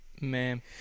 Man